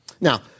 Now